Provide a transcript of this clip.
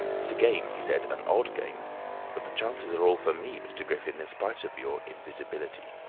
it's a game, he said, an odd game but the chances are all for me, mr. griffin, in spite of your invisibility.